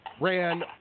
Ran